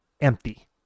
empty